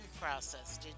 process